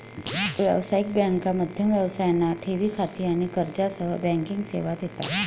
व्यावसायिक बँका मध्यम व्यवसायांना ठेवी खाती आणि कर्जासह बँकिंग सेवा देतात